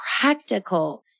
practical